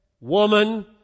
woman